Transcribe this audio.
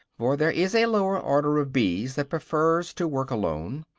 for there is a lower order of bees that prefers to work alone,